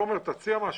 תומר, תציע משהו.